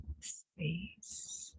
space